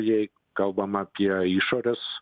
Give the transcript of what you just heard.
jei kalbama apie išorės